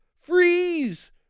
freeze